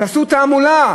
תעשו יותר תעמולה,